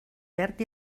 verd